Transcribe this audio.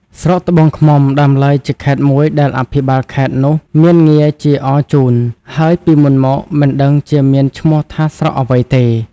ស្រុកត្បូងឃ្មុំដើមឡើយជាខេត្តមួយ ដែលអភិបាលខេត្តនោះមានងារជាអរជូន ហើយពីមុនមកមិនដឹងជាមានឈ្មោះថាស្រុកអ្វីទេ។